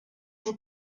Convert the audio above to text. vous